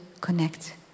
connect